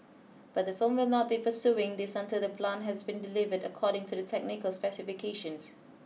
but the firm will not be pursuing this until the plant has been delivered according to the technical specifications